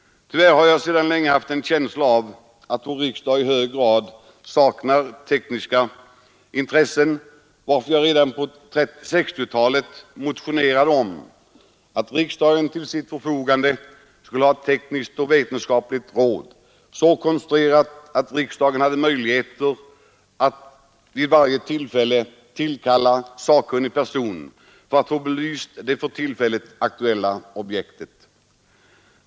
Tyvärr har jag sedan länge haft en känsla av att vår riksdag i hög grad saknar tekniska intressen, varför jag redan på 1960-talet motionerade om att riksdagen till sitt förfogande skulle ha ett tekniskt och vetenskapligt råd, så konstruerat att riksdagen hade möjligheter att vid varje tillfälle tillkalla sakkunnig person för att få det aktuella objektet belyst.